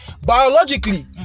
Biologically